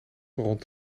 rond